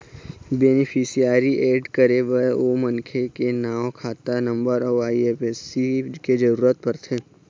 beneficiary add करे बर ओ मनखे के नांव, खाता नंबर अउ आई.एफ.एस.सी के जरूरत परथे